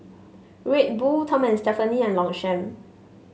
Red Bull Tom and Stephanie and Longchamp